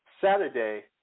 Saturday